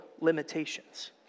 limitations